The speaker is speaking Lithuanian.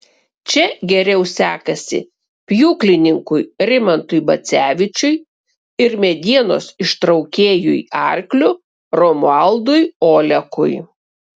čia geriau sekasi pjūklininkui rimantui bacevičiui ir medienos ištraukėjui arkliu romualdui olekui